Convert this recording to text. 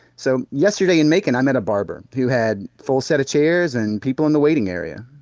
so, yesterday, in macon, i met a barber who had full set of chairs and people in the waiting area